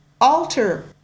alter